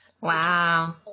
Wow